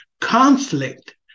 conflict